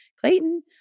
Clayton